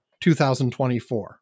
2024